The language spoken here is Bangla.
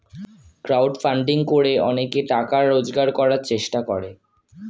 ক্রাউড ফান্ডিং করে অনেকে টাকা রোজগার করার চেষ্টা করে